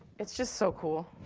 it's just so cool.